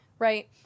Right